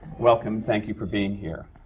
welcome. thank you for being here.